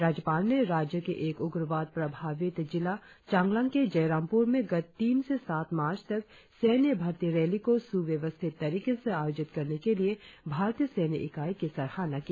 राज्यपाल ने राज्य के एक उग्रवाद प्रभावित जिला चांगलांग के जयरामप्र में गत तीन से सात मार्च तक सैन्य भर्ती रैली को स्व्यवस्थित तरीके से आयोजित करने के लिए भारतीय सैन्य इकाई की सराहना की